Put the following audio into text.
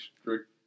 strict